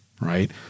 right